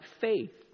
faith